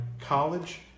college